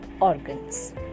organs